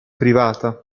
privata